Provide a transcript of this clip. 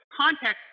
context